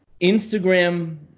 Instagram